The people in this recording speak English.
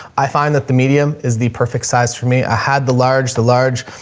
i find that the medium is the perfect size for me. i had the large, the large,